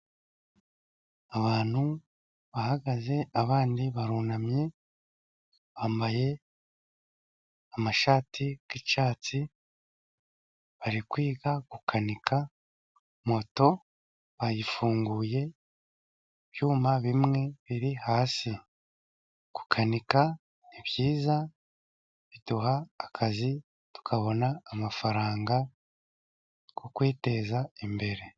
Abantu bahagaze abandi barunamye. Bambaye amashati y'icyatsi bari kwiga gukanika moto bayifunguye ibyuma bimwe biri hasi. Gukanika ni byiza biduha akazi, tukabona amafaranga yo kwiteza imbere.